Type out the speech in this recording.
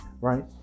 right